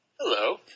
Hello